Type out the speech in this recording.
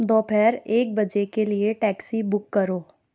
دوپہر ایک بجے کے لیے ٹیکسی بک کرو